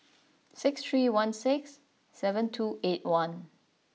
six three one six seven two eight one